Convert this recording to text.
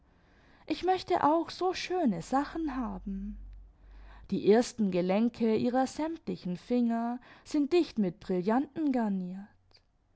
ich möchte auch so schöne sachen haben die ersten gelenke ihrer sämtlichen finger sind dicht mit brillanten garniert